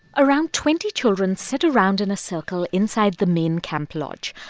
around twenty children sit around in a circle inside the main camp lodge,